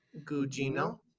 Gugino